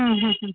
हम्म हम्म हम्म